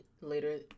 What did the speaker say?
later